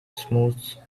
smooths